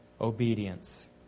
obedience